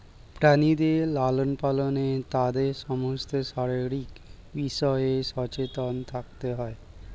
প্রাণীদের লালন পালনে তাদের সমস্ত শারীরিক বিষয়ে সচেতন থাকতে হয়